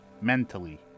mentally